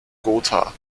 gotha